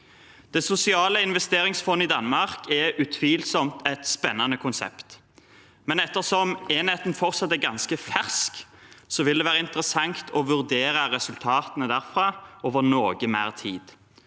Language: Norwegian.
Den Sociale Investeringsfond i Danmark er utvilsomt et spennende konsept, men ettersom enheten fortsatt er ganske fersk, vil det være interessant å vurdere resultatene derfra over noe mer tid.